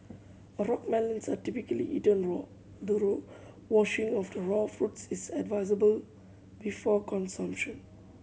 a rock melons are typically eaten raw thorough washing of the raw fruits is advisable before consumption